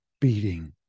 beating